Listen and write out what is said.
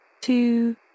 Two